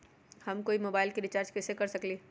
हम कोई मोबाईल में रिचार्ज कईसे कर सकली ह?